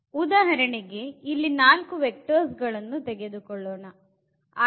ಉದಾಹರಣೆಗೆ ಇಲ್ಲಿ 4 ವೆಕ್ಟರ್ಸ್ ಗಳನ್ನೂ ತೆಗೆದುಕೊಳ್ಳೋಣ